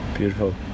Beautiful